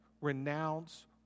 renounce